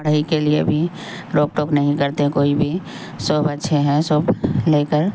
پڑھائی کے لیے بھی روک ٹوک نہیں کرتے کوئی بھی سب اچھے ہیں سب لے کر